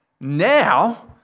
Now